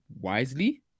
wisely